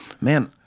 man